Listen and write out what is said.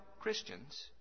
Christians